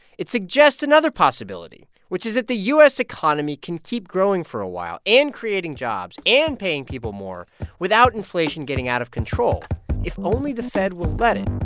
it suggests another possibility, which is that the u s. economy can keep growing for a while and creating jobs and paying people more without inflation getting out of control if only the fed will let it.